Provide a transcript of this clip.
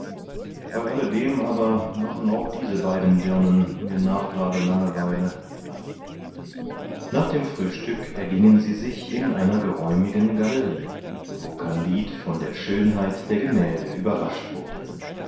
bei alle dem aber machen auch diese beiden dirnen mir nachgrade langeweile nach dem frühstück ergingen sie sich in einer geräumigen galerie wo kandid von der schönheit der gemälde überrascht wurde